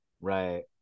Right